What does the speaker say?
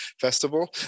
festival